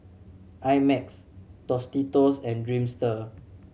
I Max Tostitos and Dreamster